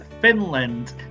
Finland